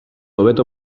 hobeto